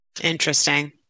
Interesting